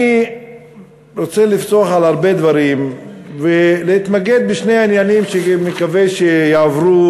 אני רוצה לפסוח על הרבה דברים ולהתמקד בשני עניינים שאני מקווה שיעברו,